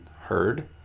heard